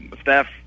staff